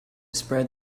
spread